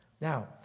Now